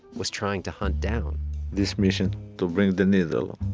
was trying to hunt down this mission to bring the needle